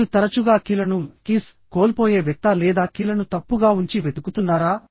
మీరు తరచుగా కీలను కోల్పోయే వ్యక్తా లేదా కీలను తప్పుగా ఉంచి వెతుకుతున్నారా